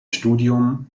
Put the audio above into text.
studium